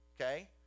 okay